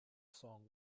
song